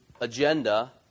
agenda